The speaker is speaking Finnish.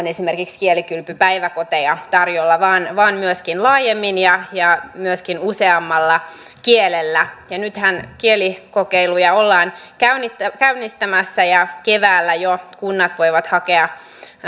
esimerkiksi kielikylpypäiväkoteja tarjolla vaan vaan myöskin laajemmin ja ja myöskin useammalla kielellä nythän kielikokeiluja ollaan käynnistämässä käynnistämässä ja jo keväällä kunnat voivat hakea